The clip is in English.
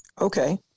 Okay